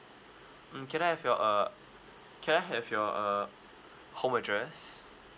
mm can I have your uh can I have your uh home address